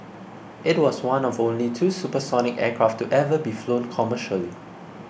it was one of only two supersonic aircraft to ever be flown commercially